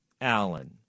Allen